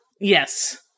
Yes